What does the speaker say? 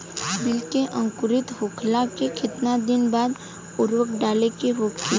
बिज के अंकुरित होखेला के कितना दिन बाद उर्वरक डाले के होखि?